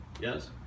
Yes